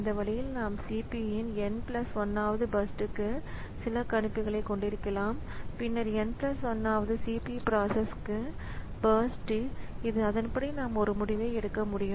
இந்த வழியில் நாம் CPU இன் n 1 வது பர்ஸ்ட்க்கு சில கணிப்புகளைக் கொண்டிருக்கலாம் பின்னர் n 1 வது CPU பிராசஸ் க்கு பர்ஸ்ட்இது அதன்படி நாம் ஒரு முடிவை எடுக்க முடியும்